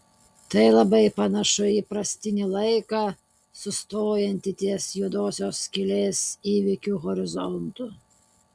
tai labai panašu į įprastinį laiką sustojantį ties juodosios skylės įvykių horizontu